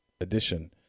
edition